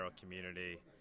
community